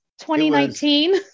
2019